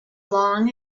long